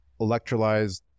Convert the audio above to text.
electrolyzed